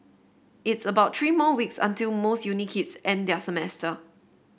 it's about three more weeks until most uni kids end their semester